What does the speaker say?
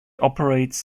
operates